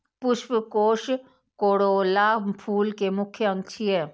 पुष्पकोष कोरोला फूल के मुख्य अंग छियै